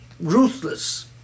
ruthless